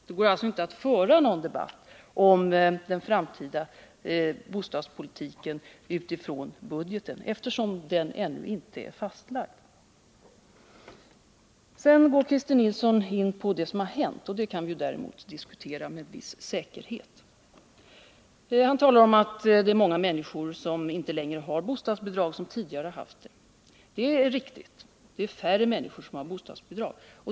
Det går alltså inte att föra någon debatt om den framtida bostadspolitiken utifrån budgeten, eftersom den ännu inte är fastlagd. Sedan går Christer Nilsson in på det som har hänt, och det kan vi däremot diskutera med viss säkerhet. Han talar om att många människor inte längre har bostadsbidrag men tidigare haft det. Det är riktigt, det är färre människor som har bostadsbidrag.